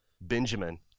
Benjamin